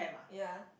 ya